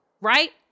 right